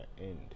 end